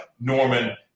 Norman